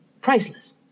priceless